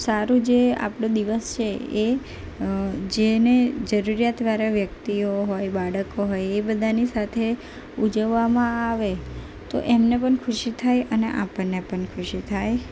સારો જે આપણો દિવસ છે એ જેને જરૂરિયાતવાળા વ્યક્તિઓ હોય બાળકો હોય એ બધાની સાથે ઉજવવામાં આવે તો એમને પણ ખુશી થાય અને આપણને પણ ખુશી થાય